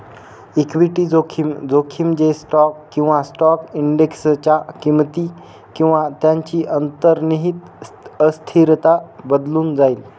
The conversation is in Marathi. इक्विटी जोखीम, जोखीम जे स्टॉक किंवा स्टॉक इंडेक्सच्या किमती किंवा त्यांची अंतर्निहित अस्थिरता बदलून जाईल